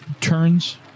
turns